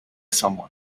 someone